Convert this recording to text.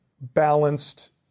balanced